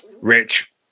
Rich